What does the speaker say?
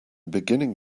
beginning